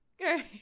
okay